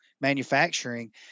manufacturing